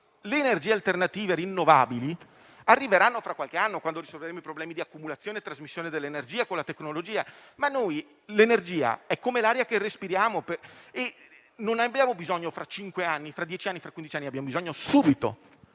le energie alternative rinnovabili arriveranno tra qualche anno, quando avremo risolto i problemi di accumulazione e trasmissione dell'energia, con la tecnologia. Ma l'energia è come l'aria che respiriamo: non ne abbiamo bisogno fra cinque, dieci o quindici anni, ma ne abbiamo bisogno subito.